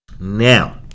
now